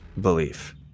belief